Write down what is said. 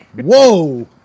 Whoa